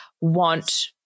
want